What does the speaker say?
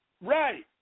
Right